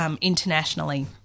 internationally